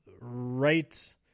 right